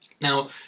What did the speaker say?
Now